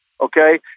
Okay